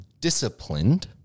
disciplined